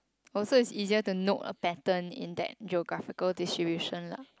oh so is easier to note a pattern in that geographical distribution lah